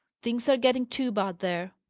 things are getting too bad there.